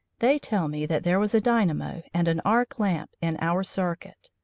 they tell me that there was a dynamo and an arc lamp in our circuit,